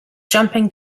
jumping